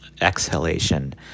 Exhalation